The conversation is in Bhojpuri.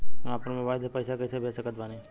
हम अपना मोबाइल से पैसा कैसे भेज सकत बानी?